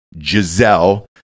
Giselle